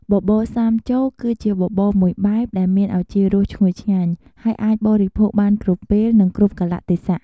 បបរសាមចូកគឺជាបបរមួយបែបដែលមានឱជារសឈ្ងុយឆ្ងាញ់ ហើយអាចបរិភោគបានគ្រប់ពេល និងគ្រប់កាលៈទេសៈ។